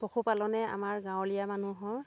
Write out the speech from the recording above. পশুপালনে আমাৰ গাঁৱলীয়া মানুহৰ